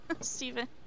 Steven